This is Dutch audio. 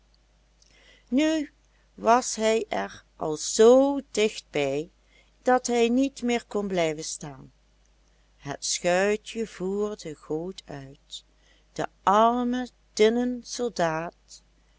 nu was hij er al zoo dicht bij dat hij niet meer kon blijven staan het schuitje voer de goot uit de arme tinnen soldaat